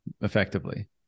effectively